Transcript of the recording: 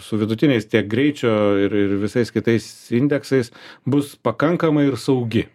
su vidutiniais greičio ir ir visais kitais indeksais bus pakankamai ir saugi